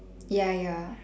ya ya